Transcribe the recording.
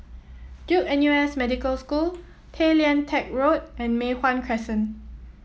Duke N U S Medical School Tay Lian Teck Road and Mei Hwan Crescent